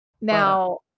Now